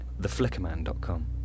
theflickerman.com